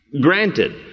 granted